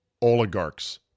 oligarchs